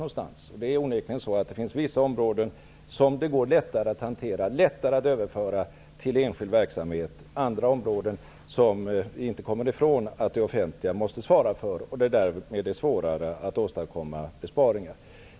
Det finns onekligen vissa områden som är lättare att hantera, som är lättare att överföra till enskild verksamhet. Andra områden måste det offentliga svara för, det kan vi inte komma ifrån, och där är det svårare att åstadkomma besparingar.